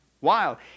wild